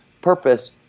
purpose